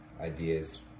ideas